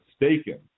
mistaken